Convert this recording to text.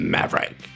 Maverick